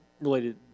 related